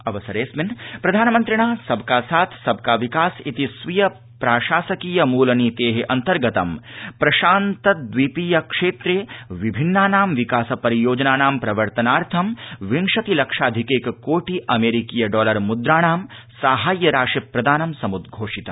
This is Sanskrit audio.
अवसरेड़स्मिन् प्रधानमन्त्रिणा सबका साथ सबका विकास इति स्वीय प्राशासकीय मुल नीते अन्तर्गतं प्रशान्त दवीपीय क्षेत्रे विभिन्नानां विकास परियोजनानां प्रवर्तनार्थ विंशति लक्षाधिकैक कोटि अमेरिकीय डॉलर म्द्राणां साहाय्य राशि प्रदानं सम्द्घोषितम्